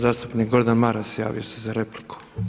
Zastupnik Gordan Maras, javio se za repliku.